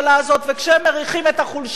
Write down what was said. וכשהם מריחים את החולשה הזאת,